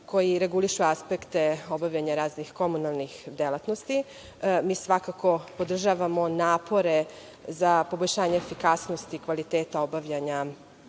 koji regulišu aspekte obavljanja raznih komunalnih delatnosti. Mi svakako podržavamo napore za poboljšanje efikasnosti kvaliteta obavljanja